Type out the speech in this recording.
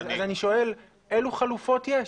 אז אני שואל אילו חלופות יש.